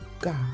God